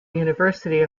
university